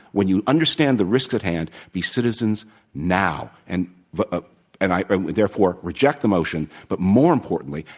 when you understand the risks at hand. be citizens now and vote ah and i therefore reject the motion. but, more importantly,